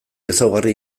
ezaugarri